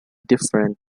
different